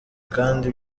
kandi